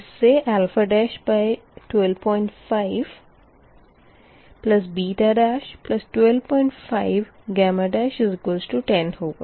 इस से 125125 10 होगा